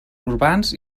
urbans